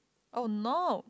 oh no